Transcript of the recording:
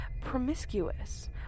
promiscuous